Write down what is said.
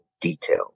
detail